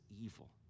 evil